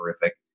terrific